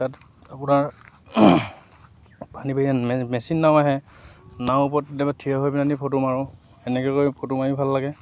তাত আপোনাৰ পানী মেচিন নাও আহে নাওৰ ওপৰত কেতিয়াবা থিয় হৈ পেলাহেনি ফটো মাৰোঁ এনেকৈ কৰি ফটো মাৰিও ভাল লাগে